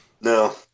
no